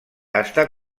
està